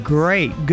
great